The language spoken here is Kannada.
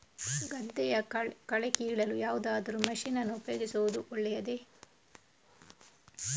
ಗದ್ದೆಯ ಕಳೆ ಕೀಳಲು ಯಾವುದಾದರೂ ಮಷೀನ್ ಅನ್ನು ಉಪಯೋಗಿಸುವುದು ಒಳ್ಳೆಯದೇ?